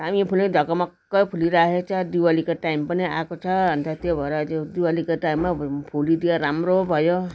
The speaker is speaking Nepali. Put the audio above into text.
दामी फुल्यो ढकमक्क फुलिराखेको छ दिवालीको टाइम पनि आएको छ अन्त त्यो भएर दिवालीको टाइममा फुलिदियो राम्रो भयो